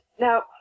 now